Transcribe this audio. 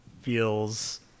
feels